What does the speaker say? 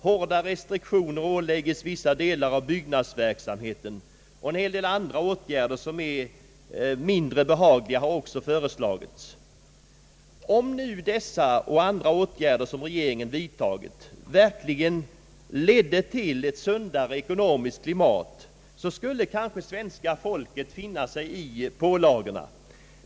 Hårda restriktioner åläggs vissa delar av byggnadsverksamheten, och en hel del andra åtgärder som är mindre behagliga har också föreslagits. Om nu dessa och andra åtgärder som regeringen vidtagit verkligen ledde till ett sundare ekonomiskt klimat, så skulle kanske svenska folket finna sig i pålagorna.